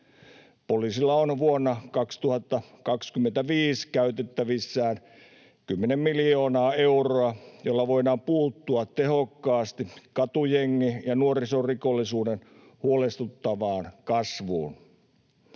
Poliisilla on vuonna 2025 käytettävissään kymmenen miljoonaa euroa, jolla voidaan puuttua tehokkaasti katujengi- ja nuorisorikollisuuden huolestuttavaan kasvuun.